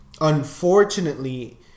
unfortunately